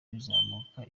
bizamuka